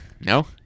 No